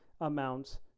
amounts